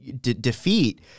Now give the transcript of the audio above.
defeat